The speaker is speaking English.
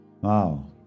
Wow